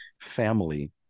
family